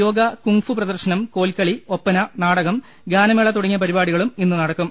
yoga kung fu പ്രദർശനം കോൽക്കളി ഒപ്പന നാടകം ഗാനമേള തുടങ്ങിയ പരിപാടികളും ഇന്ന് നടക്കും